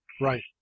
Right